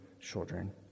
children